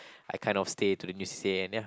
I kind of stay to the new c_c_a and ya